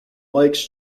likes